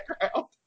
background